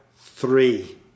three